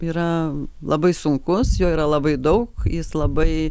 yra labai sunkus jo yra labai daug jis labai